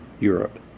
Europe